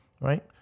right